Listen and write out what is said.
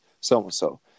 so-and-so